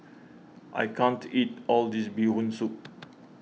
I can't eat all of this Bee Hoon Soup